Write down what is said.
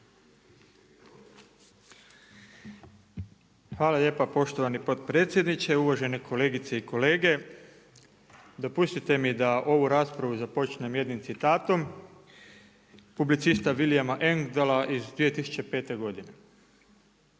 Hvala lijepa poštovani potpredsjedniče, uvažene kolegice i kolege. Dopustite mi da ovu raspravu započnem jednim citatom, publicista…/Govornik se ne